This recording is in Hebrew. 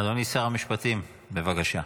אדוני שר המשפטים, בבקשה.